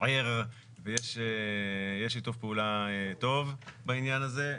ער ויש שיתוף פעולה טוב בעניין הזה.